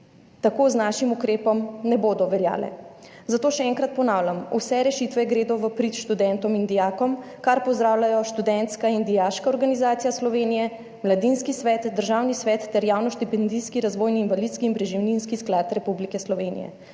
tako z našim ukrepom ne bodo veljale. Zato še enkrat ponavljam, vse rešitve gredo v prid študentom in dijakom, kar pozdravljajo Študentska in Dijaška organizacija Slovenije, Mladinski svet, Državni svet ter Javni štipendijski, razvojni, invalidski in preživninski sklad Republike Slovenije.